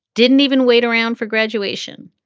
didn't even wait around for graduation,